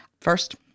first